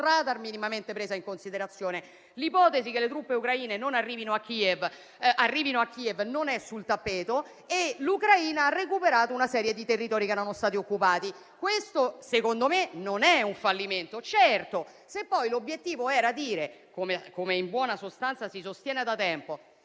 non è minimamente presa in considerazione su nessun *radar* e quella che le truppe ucraine arrivino a Kiev non è sul tappeto. L'Ucraina ha recuperato una serie di territori che erano stati occupati: questo, secondo me, non è un fallimento. Certo, se poi l'obiettivo era dire - come, in buona sostanza, si sostiene da tempo